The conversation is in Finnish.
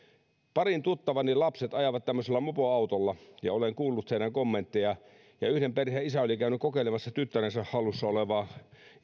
parin tuttavani lapset ajavat tämmöisellä mopoautolla ja olen kuullut heidän kommenttejaan yhden perheen isä oli käynyt kokeilemassa tyttärensä hallussa olevaa